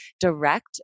direct